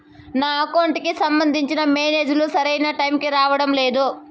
నా అకౌంట్ కి సంబంధించిన మెసేజ్ లు సరైన టైముకి రావడం లేదు